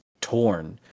torn